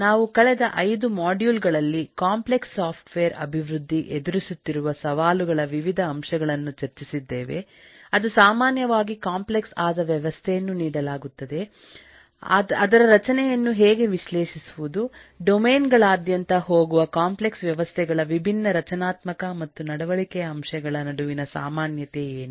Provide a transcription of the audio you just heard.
ನಾವುಕಳೆದ 5 module ಗಳಲ್ಲಿಕಾಂಪ್ಲೆಕ್ಸ್ software ಅಭಿವೃದ್ಧಿ ಎದುರಿಸುತ್ತಿರುವ ಸವಾಲುಗಳವಿವಿಧ ಅಂಶಗಳನ್ನು ಚರ್ಚಿಸಿದ್ದೇವೆ ಅದುಸಾಮಾನ್ಯವಾಗಿ ಕಾಂಪ್ಲೆಕ್ಸ್ ಆದ ವ್ಯವಸ್ಥೆಯನ್ನು ನೀಡಲಾಗುತ್ತದೆ ಅದರ ರಚನೆಯನ್ನು ಹೇಗೆ ವಿಶ್ಲೇಷಿಸುವುದು ಡೊಮೇನ್ ಗಳಾದ್ಯಂತ ಹೋಗುವ ಕಾಂಪ್ಲೆಕ್ಸ್ ವ್ಯವಸ್ಥೆಗಳ ವಿಭಿನ್ನ ರಚನಾತ್ಮಕ ಮತ್ತು ನಡವಳಿಕೆಯ ಅಂಶಗಳ ನಡುವಿನ ಸಾಮಾನ್ಯತೆ ಏನು